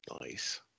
Nice